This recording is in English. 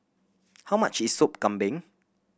how much is Sop Kambing